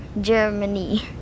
Germany